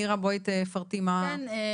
נירה בואי בבקשה תפרטי מה התקדם.